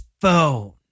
phone